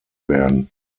werden